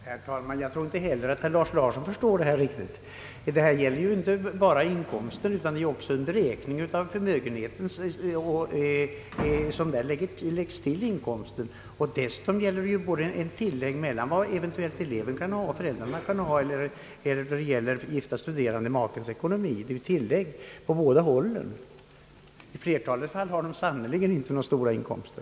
Herr talman! Jag tror att inte heller herr Lars Larsson förstår det här riktigt. Det är ju inte fråga om enbart inkomsten, utan också om en beräkning av förmögenheten som läggs till inkomsten. Dessutom gäller det ju en sammanläggning av vad eleven kan ha och vad föräldrarna har. För gifta studerande inverkar makens ekonomi. Det blir fråga om fiktiva tillägg på båda hållen, och i flertalet fall rör det sig sannerligen inte om några stora inkomster.